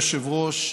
אדוני היושב-ראש,